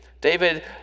David